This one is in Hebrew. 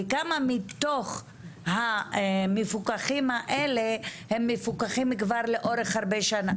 וכמה מתוכם כבר מפוקחים לאורך הרבה שנים.